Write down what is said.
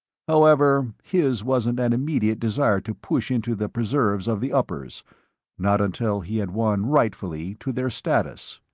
however, his wasn't an immediate desire to push into the preserves of the uppers not until he had won rightfully to their status.